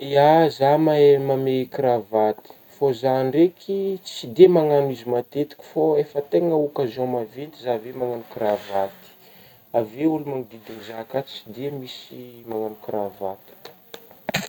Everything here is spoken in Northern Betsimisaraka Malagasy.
Ya zah mahay mamehy kravaty fô zah ndraiky tsy dia managno izy matetika fô efa tegna ôkasiô maventy fô zah avy egny managno kravaty, avy eo olo manodidina zah ka tsy dia misy managno kravaty.